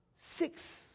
six